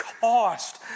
cost